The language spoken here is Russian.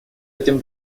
этим